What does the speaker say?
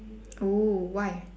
!oo! why